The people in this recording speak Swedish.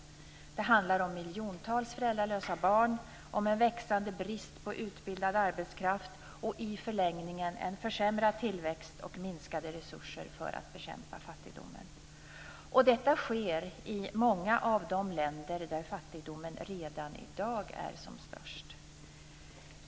Det handlar om miljontals föräldralösa barn, om en växande brist på utbildad arbetskraft och i förlängningen en försämrad tillväxt och minskade resurser för att bekämpa fattigdomen. Och detta sker i många av de länder där fattigdomen redan i dag är som störst.